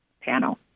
panel